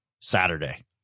Saturday